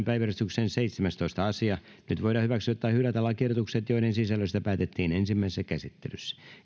päiväjärjestyksen seitsemästoista asia nyt voidaan hyväksyä tai hylätä lakiehdotukset joiden sisällöstä päätettiin ensimmäisessä käsittelyssä